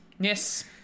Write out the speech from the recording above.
Yes